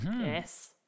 yes